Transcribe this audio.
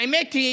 האמת היא